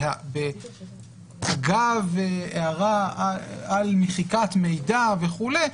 אגב הערה על מחיקת מידע וכולי,